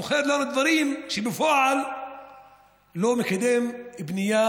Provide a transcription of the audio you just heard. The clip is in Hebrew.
מוכר לנו דברים שבפועל לא מקדמים בנייה